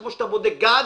כמו שאתה בודק גז,